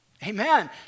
Amen